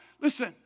listen